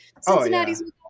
Cincinnati's